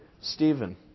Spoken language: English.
Stephen